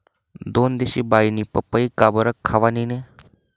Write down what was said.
दोनदिशी बाईनी पपई काबरं खावानी नै